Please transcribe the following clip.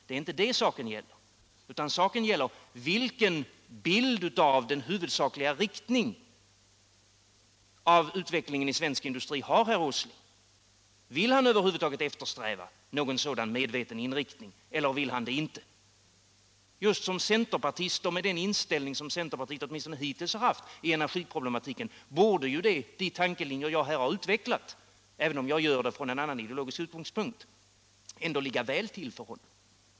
Det är inte det saken gäller, utan vilken bild av svensk industris huvudsakliga inriktning som herr Åsling har. Vill han över huvud taget eftersträva någon sådan medveten inriktning, eller vill han det inte? Just med den inställning som centerpartiet åtminstone hittills har haft när det gäller energiproblematiken borde ändå de tankelinjer jag här har utvecklat — även om jag gör det från en annan ideologisk utgångspunkt —- ligga väl till för honom.